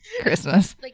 Christmas